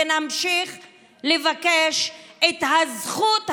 ונמשיך לבקש את הזכות הזו.